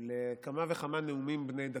לכמה וכמה נאומים בני דקה.